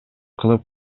кылып